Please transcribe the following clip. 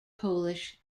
polish